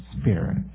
Spirit